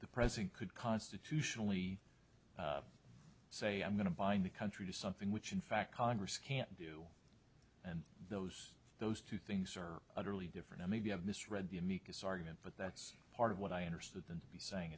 the president could constitutionally say i'm going to bind the country to something which in fact congress can't do and those those two things are utterly different i mean you have misread the amicus argument but that's part of what i understood and be saying